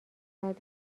بعد